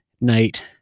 night